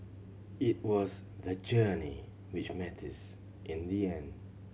it was the journey which matters in the end